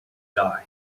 die